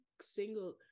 single